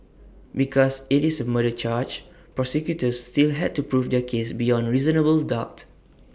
because IT is A murder charge prosecutors still had to prove their case beyond reasonable doubt